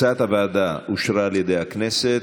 הצעת הוועדה אושרה על ידי הכנסת,